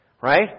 right